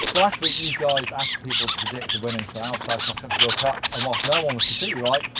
but so last week, you guys asked people to predict the winners for the albstadt cross country world cup. and whilst no one was completely right,